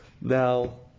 Now